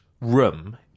room